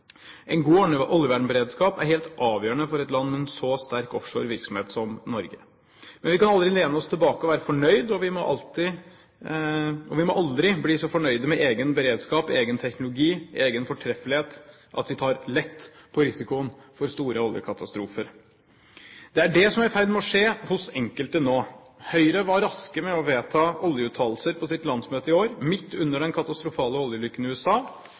En god oljevernberedskap er helt avgjørende for et land med en så sterk offshorevirksomhet som Norge. Men vi kan aldri lene oss tilbake og være fornøyd, og vi må aldri bli så fornøyde med egen beredskap, egen teknologi, egen fortreffelighet at vi tar lett på risikoen for store oljekatastrofer. Det er det som er i ferd med å skje hos enkelte nå. Høyre var raske med å vedta oljeuttalelser på sitt landsmøte i år, midt under den katastrofale oljeulykken i USA,